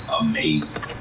amazing